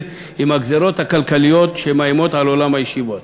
עם הגזירות הכלכליות שמאיימות על עולם הישיבות.